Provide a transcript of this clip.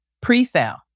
pre-sale